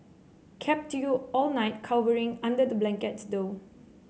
kept you up all night cowering under the blankets though